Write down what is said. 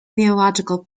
theological